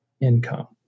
income